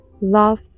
Love